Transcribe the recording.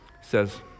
says